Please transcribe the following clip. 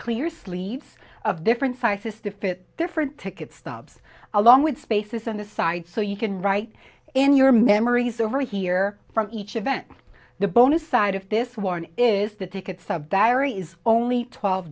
clear sleeves of different sizes to fit different ticket stubs along with spaces on the side so you can write in your memories over here from each event the bonus side of this one is the tickets of barry is only twelve